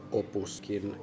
opuskin